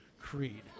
Creed